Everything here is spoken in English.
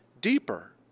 deeper